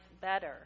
better